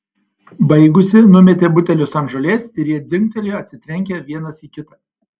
baigusi numetė butelius ant žolės ir jie dzingtelėjo atsitrenkę vienas į kitą